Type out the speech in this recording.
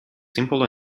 simple